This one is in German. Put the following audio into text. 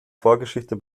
vorgeschichte